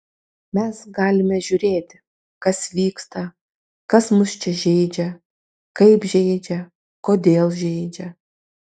mes galime žiūrėti kas vyksta kas mus čia žeidžia kaip žeidžia kodėl žeidžia